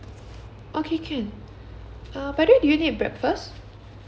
okay can by the way do you need breakfast